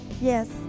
yes